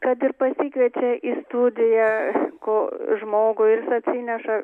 kad ir pasikviečia į studiją ko žmogui ir jis atsineša